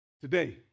Today